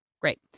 Great